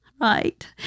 Right